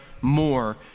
more